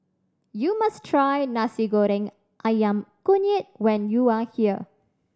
you must try Nasi Goreng Ayam Kunyit when you are here